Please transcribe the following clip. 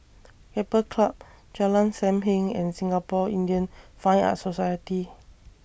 Keppel Club Jalan SAM Heng and Singapore Indian Fine Arts Society